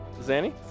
Zanny